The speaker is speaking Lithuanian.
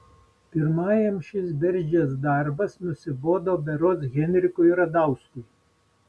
pirmajam šis bergždžias darbas nusibodo berods henrikui radauskui